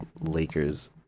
Lakers